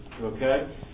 Okay